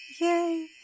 Yay